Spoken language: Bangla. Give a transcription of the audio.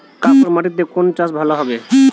কাঁকর মাটিতে কোন চাষ ভালো হবে?